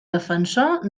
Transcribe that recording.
defensor